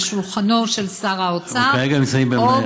על שולחנו של שר האוצר או במחלקת,